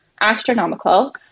astronomical